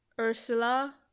Ursula